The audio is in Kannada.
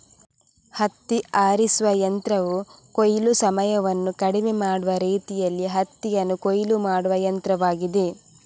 ಹತ್ತಿ ಆರಿಸುವ ಯಂತ್ರವು ಕೊಯ್ಲು ಸಮಯವನ್ನು ಕಡಿಮೆ ಮಾಡುವ ರೀತಿಯಲ್ಲಿ ಹತ್ತಿಯನ್ನು ಕೊಯ್ಲು ಮಾಡುವ ಯಂತ್ರವಾಗಿದೆ